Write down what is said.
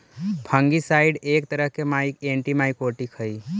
fungicide एक तरह के एंटिमाइकोटिक हई